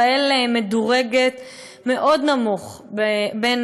ישראל מדורגת מאוד נמוך בין